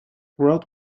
wrote